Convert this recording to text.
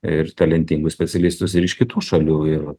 ir talentingus specialistus ir iš kitų šalių ir